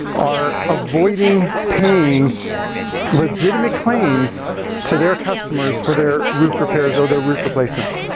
are avoiding paying legitimate claims to their customers for their roof repairs or their roof replacements.